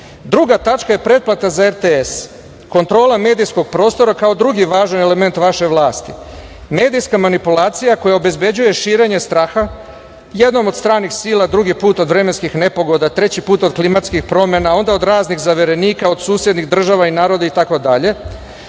tačka je – pretplata za RTS, kontrola medijskog prostora, kao druge važne elemente vaše vlasti. Medijska manipulacija koja obezbeđuje širenje straha, jednom od stranih sila, drugi put od vremenskih nepogoda, treći put od klimatskih promena, a onda od raznih zaverenika od susednih država i naroda itd.